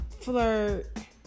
flirt